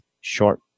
short